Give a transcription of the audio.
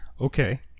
Okay